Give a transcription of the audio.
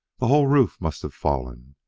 the whole roof must have fallen,